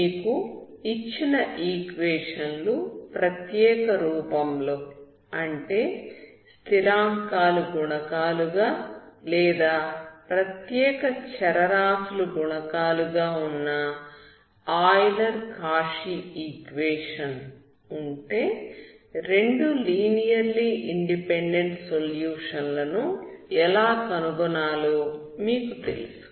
మీకు ఇచ్చిన ఈక్వేషన్ లు ప్రత్యేక రూపంలో అంటే స్థిరాంకాలు గుణకాలు గా లేదా ప్రత్యేక చరరాశులు గుణకాలు గా ఉన్న ఆయిలర్ కౌచీ ఈక్వేషన్ ఉంటే రెండు లీనియర్లీ ఇండిపెండెంట్ సొల్యూషన్ లను ఎలా కనుగొనాలో మీకు తెలుసు